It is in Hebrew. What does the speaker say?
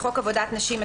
1.בחוק עבודת נשים,